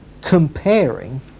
comparing